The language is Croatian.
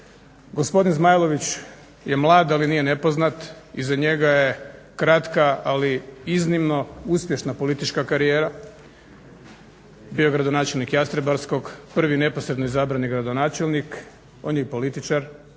Gospodin Zmajlović je mlad ali nije nepoznat. Iza njega je kratka ali iznimno uspješna politička karijera, bio je gradonačelnik Jastrebarskog, prvi neposredno izabrani gradonačelnik. On je i političar,